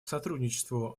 сотрудничеству